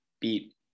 beat